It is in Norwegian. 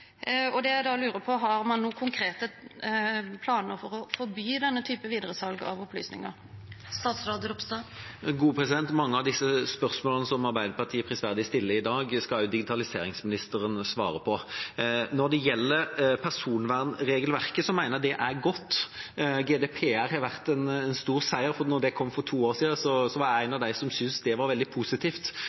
Det jeg da lurer på, er: Har man noen konkrete planer for å forby denne type videresalg av opplysninger? Mange av de spørsmålene som Arbeiderpartiet prisverdig stiller i dag, skal digitaliseringsministeren svare på. Når det gjelder personvernregelverket, mener jeg at det er godt. GDPR har vært en stor seier. Da det kom for to år siden, var jeg en av dem som syntes det var veldig positivt.